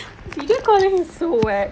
did they call you he's so whack